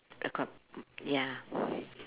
the com ya